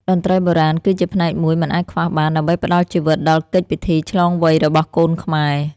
តន្ត្រីបុរាណគឺជាផ្នែកមួយមិនអាចខ្វះបាន ដើម្បីផ្ដល់ជីវិតដល់កិច្ចពិធីឆ្លងវ័យរបស់កូនខ្មែរ។